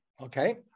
Okay